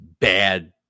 bad